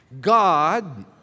God